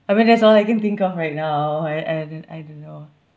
I mean that's all I can think of right now I I don't I don't know